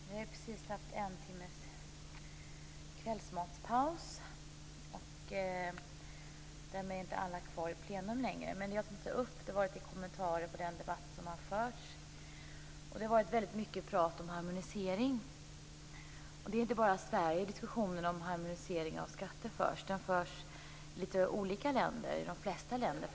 Fru talman! Vi har precis haft en timmes kvällsmatspaus, och därmed är inte alla kvar i plenisalen. Men jag vill göra några kommentarer till den debatt som har förts. Det har varit mycket prat om harmonisering. Det är inte bara i Sverige som diskussionen om harmonisering av skatter förs, utan den förs i de flesta länder.